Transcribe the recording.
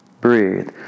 Breathe